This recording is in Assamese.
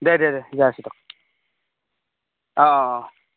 দে দে দে যাই আছোঁ ৰ' অ অ